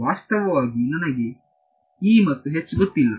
ವಾಸ್ತವವಾಗಿ ನನಗೆ ಮತ್ತು ಗೊತ್ತಿಲ್ಲ